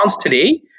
today